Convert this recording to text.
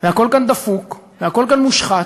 והכול כאן דפוק, והכול כאן מושחת,